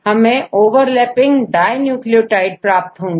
हमें overlapping dinucleotide प्राप्त होंगे